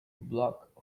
block